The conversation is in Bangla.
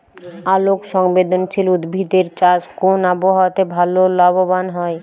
আলোক সংবেদশীল উদ্ভিদ এর চাষ কোন আবহাওয়াতে ভাল লাভবান হয়?